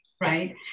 right